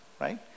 right